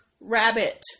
Rabbit